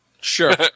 Sure